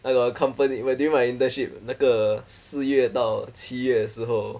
I got a company when during my internship 那个四月到七月的时候